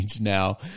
now